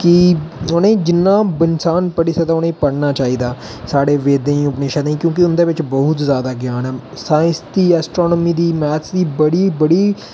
कि उ'नेंगी जिन्ना इंसान पढ़ी सकदा उ'नेंगी पढ़ना चाहिदा साढ़े वेदें गी उपनिषदें गी क्योंकि उं'दे च बड़ा जैदा ज्ञान ऐ साइंस दी एस्ट्रोनोमर दी मैथ दी बड़ी बड़ी